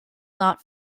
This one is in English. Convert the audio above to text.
not